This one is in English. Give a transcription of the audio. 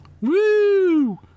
Woo